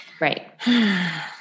Right